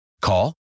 Call